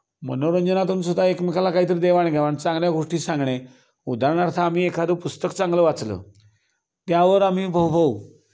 मनोरंजनातून सुद्धा एकमेकाला काहीतरी देवाणघेवाण चांगल्या गोष्टी सांगणे उदाहरणार्थ आम्ही एखादं पुस्तक चांगलं वाचलं त्यावर आम्ही भाऊभाऊ